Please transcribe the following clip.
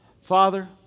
Father